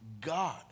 God